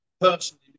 personally